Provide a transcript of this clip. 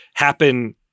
Happen